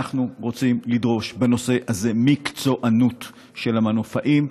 אנחנו רוצים לדרוש בנושא הזה מקצוענות של המנופאים,